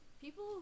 People